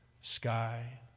sky